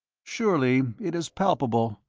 surely it is palpable,